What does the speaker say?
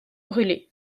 brûlés